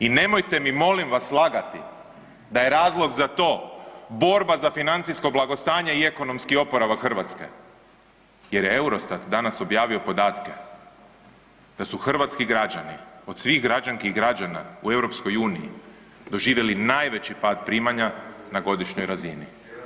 I nemojte mi molim vas lagati da je razlog za to borba za financijsko blagostanje i ekonomski oporavak Hrvatske, jer je Eurostat danas objavio podatke da su hrvatski građani od svih građanki i građana u Europskoj uniji doživjeli najveći pad primanja na godišnjoj razini.